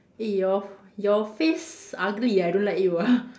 eh your your face ugly ah I don't like you ah